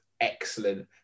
excellent